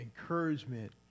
encouragement